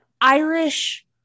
Irish